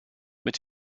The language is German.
mit